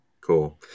Cool